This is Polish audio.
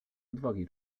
odwagi